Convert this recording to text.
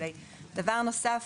דבר נוסף,